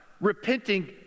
repenting